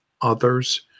others